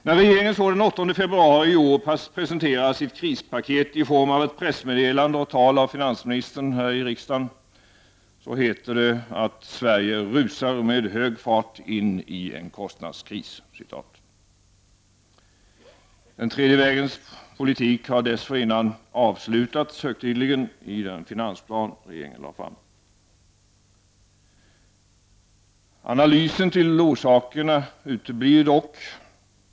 När regeringen så den 8 februari i år presenterar sitt krispaket i form av ett pressmeddelande och tal av finansministern här i riksdagen heter det att ”Sverige rusar med hög fart in i en kostnadskris”. Den tredje vägens politik har dessförinnan högtidligen avslutats i den finansplan regeringen lade fram. Analysen till orsakerna uteblir dock.